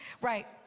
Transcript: right